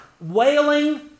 Wailing